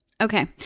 okay